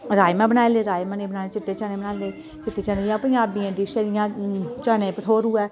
राजमां बनाई ले राजमां नेईं बनाने चिट्टे चने बनाई ले चिट्टे चने इं'या पंजाबियें डिश ऐ जियां चने भठोरू ऐ